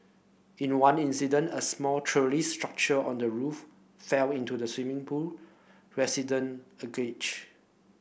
in one incident a small trellis structure on the roof fell into the swimming pool resident alleged